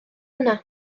yna